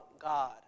God